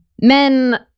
men